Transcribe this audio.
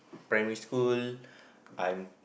primary school I'm